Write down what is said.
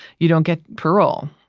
you don't get parole